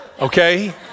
okay